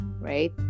Right